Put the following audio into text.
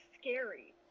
scary